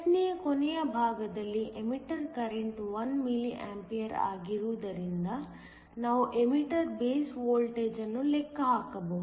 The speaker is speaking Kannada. ಪ್ರಶ್ನೆಯ ಕೊನೆಯ ಭಾಗದಲ್ಲಿ ಎಮಿಟರ್ ಕರೆಂಟ್ 1 mA ಆಗಿರುವುದರಿಂದ ನಾವು ಎಮಿಟರ್ ಬೇಸ್ ವೋಲ್ಟೇಜ್ ಅನ್ನು ಲೆಕ್ಕ ಹಾಕಬೇಕು